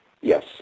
Yes